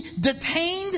detained